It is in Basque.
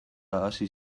hasi